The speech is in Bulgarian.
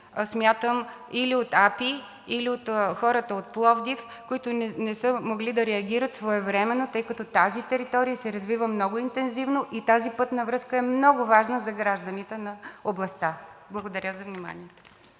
инфраструктура“, или от хората от Пловдив, които не са могли да реагират своевременно, тъй като тази територия се развива много интензивно и тази пътна връзка е много важна за гражданите на областта. Благодаря за вниманието.